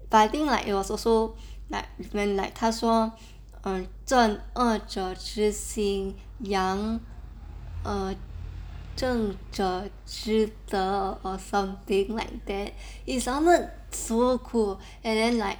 but I think like it was also like when like 他说镇恶者之心杨善者之德 or something like that it sounded so cool and then like